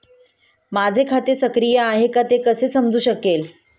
माझे खाते सक्रिय आहे का ते कसे समजू शकेल?